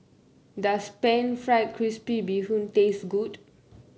does pan fried crispy Bee Hoon taste good